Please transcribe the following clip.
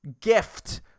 gift